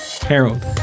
Harold